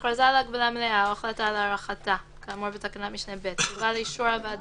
הכרזה על הגבלה מלאה או החלטה על הארכתה תובא לאישור הוועדה,